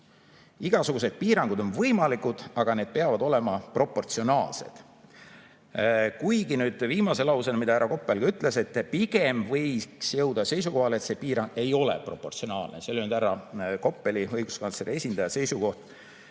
Igasugused piirangud on võimalikud, aga need peavad olema proportsionaalsed. Kuigi viimase lausena ütles härra Koppel, et pigem võiks jõuda seisukohale, et see piirang ei ole proportsionaalne. See oli härra Koppeli, õiguskantsleri esindaja seisukoht